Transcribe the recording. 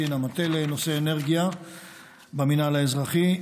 קצין המטה לנושא אנרגיה במינהל האזרחי,